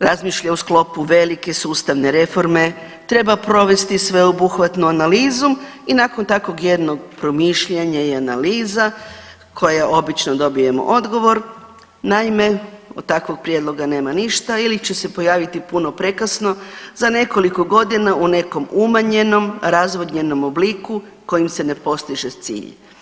razmišlja u sklopu velike sustavne reforme, treba provesti sveobuhvatnu analizu i nakon takovog jednog promišljanja i analiza koja obično dobijemo odgovor, naime o takvog prijedloga nema ništa ili će se pojaviti puno prekasno za nekoliko godina u nekom umanjenom razvodnjenom obliku kojim se ne postiže cilj.